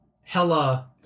Hella